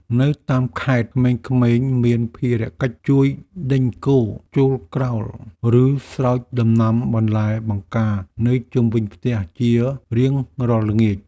នៅតាមខេត្តក្មេងៗមានភារកិច្ចជួយដេញគោចូលក្រោលឬស្រោចដំណាំបន្លែបង្ការនៅជុំវិញផ្ទះជារៀងរាល់ល្ងាច។